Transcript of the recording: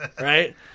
Right